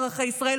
אזרחי ישראל.